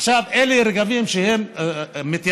עכשיו, אלה, רגבים, הם מתיימרים